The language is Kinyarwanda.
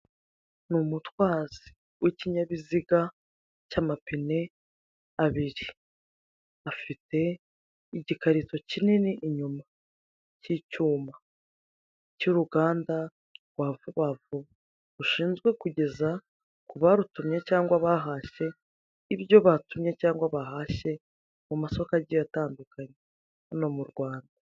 Ni umutwazi w'ikinyabiziga cy'amapine abiri. Afite igikarito kinini inyuma. Cy'icyuma. Cy'uruganda rwa vuba vuba. Rushinzwe kugeza ku barutumye cyangwa abahashye, ibyo batumye cyangwa bahashye, mu masoko agiye atandukanye. Hano mu Rwanda.